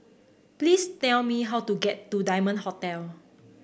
please tell me how to get to Diamond Hotel